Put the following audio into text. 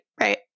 right